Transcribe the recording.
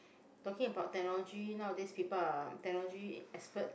talking about technology nowadays people are technology expert